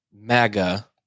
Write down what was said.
MAGA